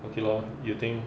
okay lor you think